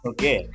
Okay